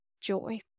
joy